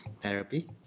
therapy